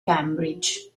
cambridge